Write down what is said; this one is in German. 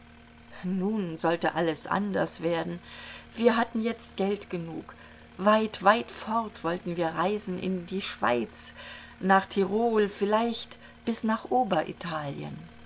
nun sollte alles anders werden wir hatten jetzt geld genug weit weit fort wollten wir reisen in die schweiz nach tirol vielleicht bis nach